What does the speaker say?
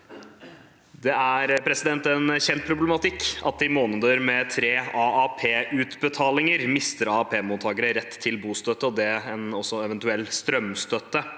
«Det er en kjent problematikk at i måneder med tre AAP-utbetalinger mister AAP-mottakere rett til bostøtte og med det en eventuell strømstøtte.